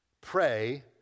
Pray